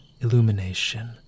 illumination